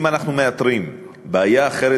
אם אנחנו מאתרים בעיה אחרת,